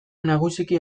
nagusiki